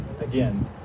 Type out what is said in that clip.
again